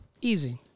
Easy